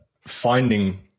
finding